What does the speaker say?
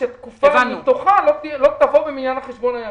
שתקופה מתוכה לא תבוא במניין חשבון הימים.